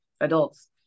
adults